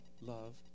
love